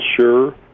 sure